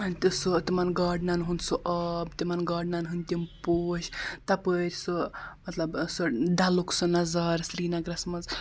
تہٕ سُہ تِمَن گاڈنَن ہُند سُہ آب تِمَن گاڈنَن ہٕنٛدۍ تِم پوش تَپٲرۍ سُہ مطلب سُہ ڈَلُک سُہ نظارٕ سریٖنَگرَس منٛز